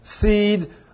seed